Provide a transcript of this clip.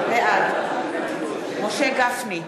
בעד משה גפני,